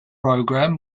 program